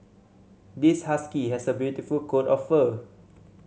this husky has a beautiful coat of fur